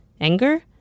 anger